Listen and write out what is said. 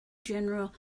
general